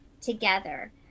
together